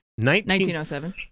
1907